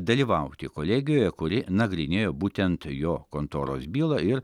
dalyvauti kolegijoje kuri nagrinėjo būtent jo kontoros bylą ir